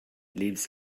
leaves